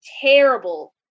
terrible